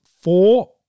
four